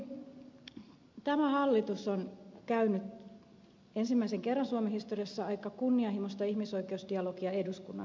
ensinnäkin tämä hallitus on käynyt ensimmäisen kerran suomen historiassa aika kunnianhimoista ihmisoikeusdialogia eduskunnan kanssa